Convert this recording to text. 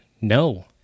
no